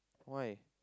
why